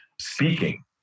Speaking